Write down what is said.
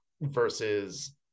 versus